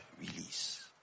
release